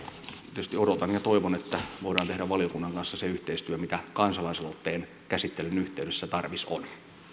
tietysti odotan ja toivon että voidaan tehdä valiokunnan kanssa se yhteistyö mitä kansalaisaloitteen käsittelyn yhteydessä tarvis on siirrytään